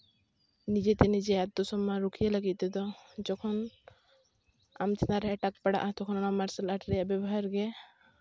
ᱱᱤᱡᱮ ᱛᱮ ᱱᱤᱡᱮ ᱟᱛᱛᱚ ᱥᱚᱱᱢᱟᱱ ᱨᱩᱠᱷᱤᱭᱟᱹ ᱞᱟᱹᱜᱤᱫ ᱛᱮᱫᱚ ᱡᱚᱠᱷᱚᱱ ᱟᱢ ᱪᱮᱛᱟᱱ ᱨᱮ ᱮᱴᱟᱠ ᱯᱟᱲᱟᱜᱼᱟ ᱛᱚᱠᱷᱚᱱ ᱢᱟᱨᱥᱟᱞ ᱟᱨᱴ ᱨᱮᱭᱟᱜ ᱵᱮᱵᱚᱜᱟᱨ ᱜᱮ